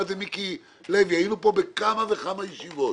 את זה מיקי לוי היינו כאן בכמה וכמה ישיבות,